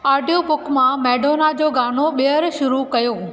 audio book मां Madonna जो ॻानो ॿियर शुरू कयो